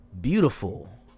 beautiful